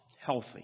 healthy